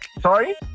Sorry